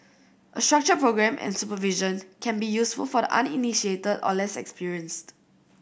a structured programme and supervision can be useful for the uninitiated or less experienced